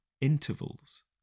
intervals